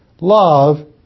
Love